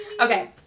Okay